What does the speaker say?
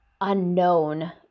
unknown